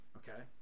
okay